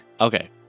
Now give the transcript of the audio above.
Okay